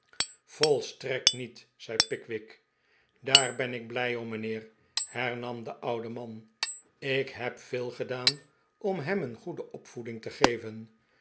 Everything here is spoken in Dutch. volstrekt niet zei pickwick daar ben ik blij om mijnheer hernam de oude man ik heb veel gedaan om hem een goede opvoeding te geven